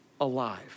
alive